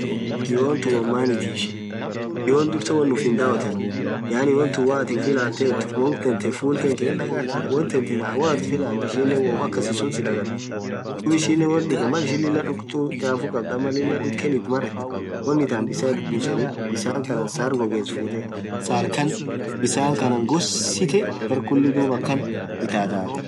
Kioo kiooathun wonn maanith ishin kioo dhursaa wonn ufiin dhawothenu yaani wonthun woathin uff ilathethu won thanthe full khake hindaghartha woathin ufulatheth ishin womm akasisun sidharifithi dhub ishinen hindhike malshin dhukthu chafu khaab ama Lilah dhuken ithi marathe wonn ithan bisan ithi buseni bisan kahnan sarr ghoghes futhee sarr Khan bisan Khan ghosithe garr khulii dhuba akhan itathaaaa